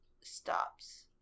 stops